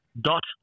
dot